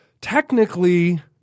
technically